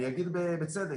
אני אגיד בצדק,